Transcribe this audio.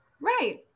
Right